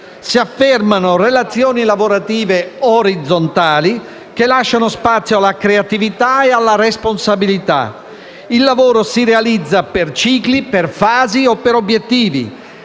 si affermano relazioni lavorative orizzontali che lasciano spazio alla creatività e alla responsabilità; il lavoro si realizza per cicli, per fasi o per obiettivi;